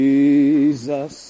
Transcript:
Jesus